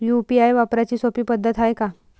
UPI वापराची सोपी पद्धत हाय का?